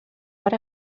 per